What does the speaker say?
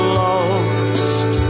lost